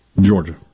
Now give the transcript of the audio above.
Georgia